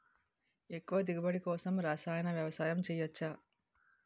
ఎక్కువ దిగుబడి కోసం రసాయన వ్యవసాయం చేయచ్చ?